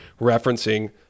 referencing